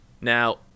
Now